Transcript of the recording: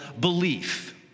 belief